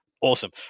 Awesome